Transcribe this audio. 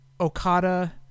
Okada